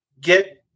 get